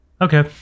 Okay